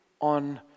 on